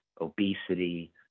obesity